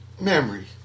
memory